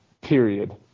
period